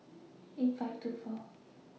eight five two four